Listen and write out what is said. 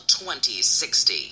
2060